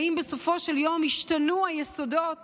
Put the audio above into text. האם בסופו של יום ישתנו היסודות